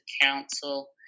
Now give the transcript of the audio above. council